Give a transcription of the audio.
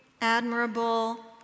admirable